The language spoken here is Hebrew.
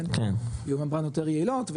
יהיו ממברנות יותר יעילות,